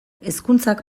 hezkuntzak